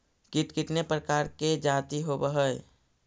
कीट कीतने प्रकार के जाती होबहय?